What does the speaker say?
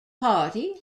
party